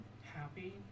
happy